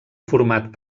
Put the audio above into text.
format